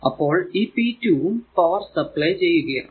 അപ്പോൾ ഈ p 2 ഉം പവർ സപ്ലൈ ചെയ്യുകയാണ്